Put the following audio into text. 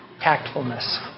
Tactfulness